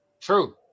True